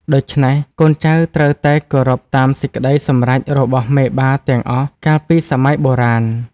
ដូច្នេះ កូនចៅត្រូវតែគោរពតាមសេចក្តីសម្រេចរបស់មេបាទាំងអស់កាលពីសម័យបុរាណ។